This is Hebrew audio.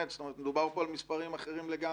מדובר פה על מספרים אחרים לגמרי.